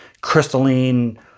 crystalline